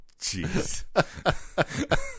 jeez